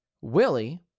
Willie